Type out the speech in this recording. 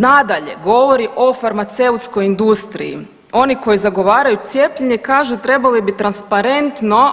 Nadalje, govori o farmaceutskoj industriji, oni koji zagovaraju cijepljenje kažu trebali bi transparentno